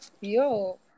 Yo